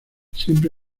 siempre